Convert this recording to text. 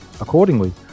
accordingly